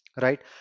right